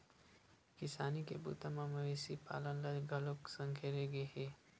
किसानी के बूता म मवेशी पालन ल घलोक संघेरे गे हे